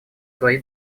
свои